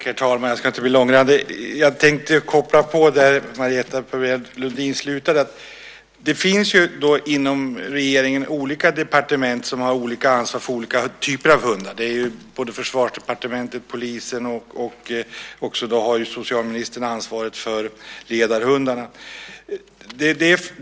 Herr talman! Jag ska inte bli långrandig. Jag tänkte koppla på där Marietta de Pourbaix-Lundin slutade. Det finns inom regeringen olika departement som har olika ansvar för olika typer av hundar. Det är både Försvarsdepartementet, polisen och socialministern, som har ansvaret för ledarhundarna.